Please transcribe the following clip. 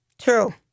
True